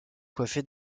coiffé